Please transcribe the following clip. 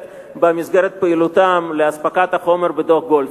במסגרת פעילותם לאספקת החומר בדוח-גולדסטון,